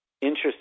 Interest